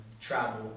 travel